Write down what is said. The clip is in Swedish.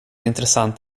intressant